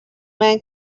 man